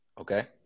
Okay